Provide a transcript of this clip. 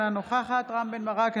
אינה נוכחת רם בן ברק,